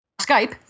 Skype